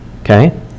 okay